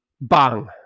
bang